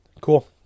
Cool